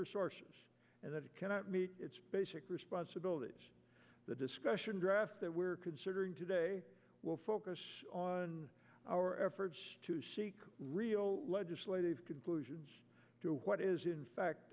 resources and that it cannot meet its basic responsibilities the discussion draft that we're considering today will focus on our efforts to seek real legislative conclusions to what is in fact